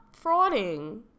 frauding